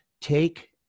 Take